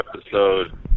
episode